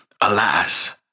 Alas